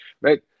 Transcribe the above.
right